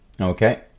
Okay